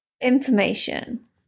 information